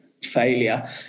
failure